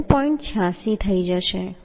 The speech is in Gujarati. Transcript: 86 થઈ જશે